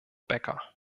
bäcker